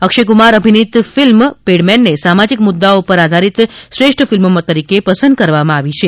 અક્ષયકુમાર અભીનીત ફિલ્મ પેડમેનને સામાજીક મુદ્દાઓ પર આધારિત શ્રેષ્ઠ ફિલ્મ તરીકે પસંદ કરવામાં આવી છે